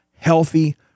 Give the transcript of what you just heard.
healthy